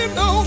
no